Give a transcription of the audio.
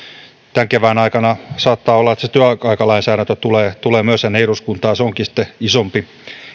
tämän kevään aikana myös se työaikalainsäädäntö tulee tänne eduskuntaan se onkin sitten isompi